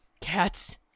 Cats